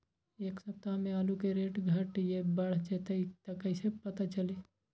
एक सप्ताह मे आलू के रेट घट ये बढ़ जतई त कईसे पता चली?